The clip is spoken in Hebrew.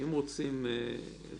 לבחירות --- זה יכול להיות כך או כך,